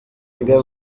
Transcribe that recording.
biga